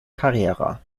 carrera